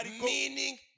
meaning